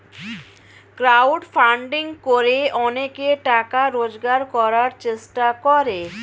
crowd funding করে অনেকে টাকা রোজগার করার চেষ্টা করে